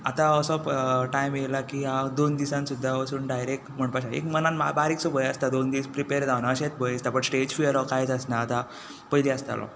आतां हांव असो टायम येयला की हांव दोन दिसान सुद्दां वचून सुद्दां डायरेट म्हणपा शकता मनान म्हाका बारीक भंय आसता दोन दीस प्रिपेर जावना अशेत भंय आसता बट स्टेज फियर कांयच आसना पयलीं आसतालो